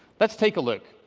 let's take a look.